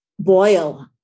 boil